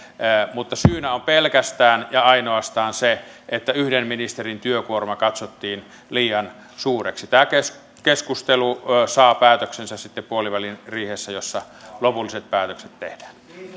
mutta syynä on pelkästään ja ainoastaan se että yhden ministerin työkuorma katsottiin liian suureksi tämä keskustelu saa päätöksensä sitten puoliväliriihessä jossa lopulliset päätökset tehdään